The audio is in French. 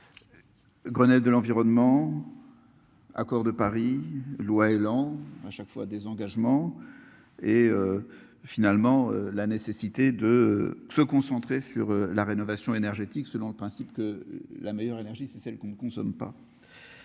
Grenelle de l'environnement. Accord de Paris. Loi élan à chaque fois des engagements et. Finalement, la nécessité de se concentrer sur la rénovation énergétique selon le principe que la meilleure énergie c'est celle qu'on ne consomme pas.